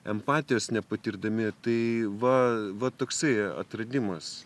empatijos nepatirdami tai va va toksai atradimas